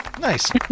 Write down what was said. Nice